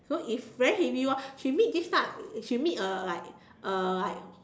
so if very heavy [one] she meet this type she meet a like a like